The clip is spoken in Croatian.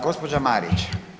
Gospođa Marić.